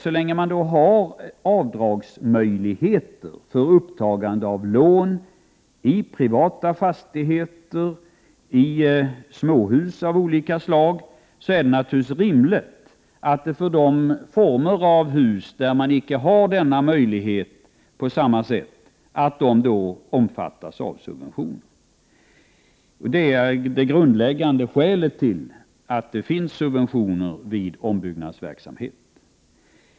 Så länge man har avdragsmöjlighet för upptagande av lån för privata fastigheter och småhus av olika slag, är det naturligtvis rimligt att den typ av hus för vilken man inte har samma möjlighet omfattas av subventioner. Detta är det grundläggande skälet till att det finns subventioner vid ombyggnadsverksamhet.